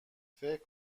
فکر